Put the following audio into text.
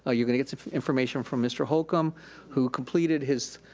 ah you're gonna get some information from mr. holcomb who completed his